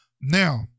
Now